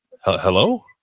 Hello